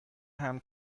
حمل